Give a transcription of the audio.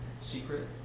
secret